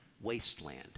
wasteland